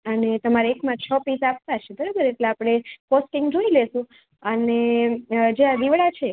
અને તમારે એકમાં છ પીસ આપતા હશો બરાબર આપણે કોશ્ટિંગ જોઈ લઈશું અને જે આ દિવડા છે